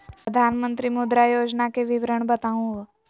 प्रधानमंत्री मुद्रा योजना के विवरण बताहु हो?